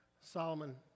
Solomon